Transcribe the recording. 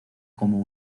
como